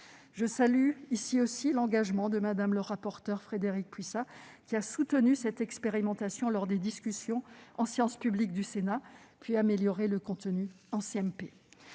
Je salue ici l'engagement de Mme le rapporteur Frédérique Puissat, qui a soutenu cette expérimentation lors des discussions en séance publique au Sénat, puis en a amélioré le contenu lors